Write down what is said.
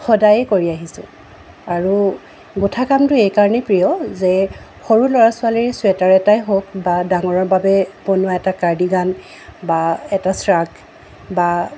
সদায় কৰি আহিছোঁ আৰু গোঁঠা কামটো এইকাৰণেই প্ৰিয় যে সৰু ল'ৰা ছোৱালীৰ ছুৱেটাৰ এটাই হওক বা ডাঙৰৰ বাবে বনোৱা এটা কাৰ্ডিগান বা এটা শ্ৰাগ বা